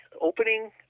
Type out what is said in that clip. opening